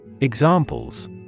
Examples